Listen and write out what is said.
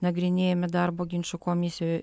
nagrinėjami darbo ginčų komisijoj